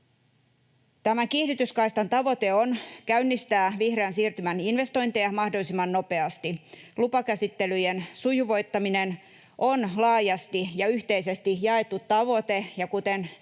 Tämän kiihdytyskaistan tavoite on käynnistää vihreän siirtymän investointeja mahdollisimman nopeasti. Lupakäsittelyjen sujuvoittaminen on laajasti ja yhteisesti jaettu tavoite, ja kuten tässä